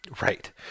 Right